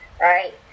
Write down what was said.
right